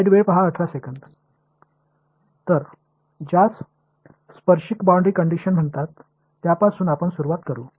எனவே tangential boundary conditions என்று அழைக்கப்படுவதைத் தொடங்குவோம்